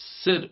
sit